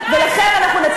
ולכן אנחנו נמצאים כאן,